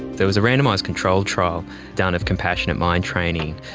there was a randomised controlled trial done of compassionate mind training.